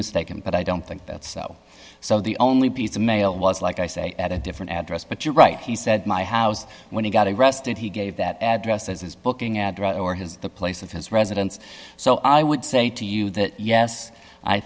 mistaken but i don't think that's so the only piece of mail was like i say at a different address but you're right he said my house when he got arrested he gave that address as his booking address or his place of his residence so i would say to you that yes i